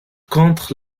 contre